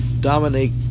Dominique